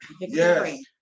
Yes